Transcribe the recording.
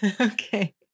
okay